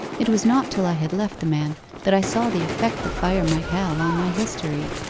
it was not till i had left the man that i saw the effect the fire might have on my history.